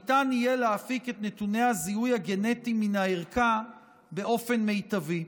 ניתן יהיה להפיק את נתוני הזיהוי הגנטיים מן הערכה באופן מיטבי.